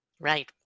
Right